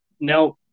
Now